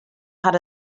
had